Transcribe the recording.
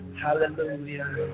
Hallelujah